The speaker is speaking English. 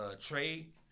trade